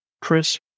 Chris